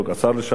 השר לשעבר,